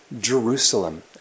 Jerusalem